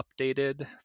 updated